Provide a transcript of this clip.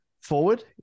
forward